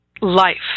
life